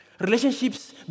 Relationships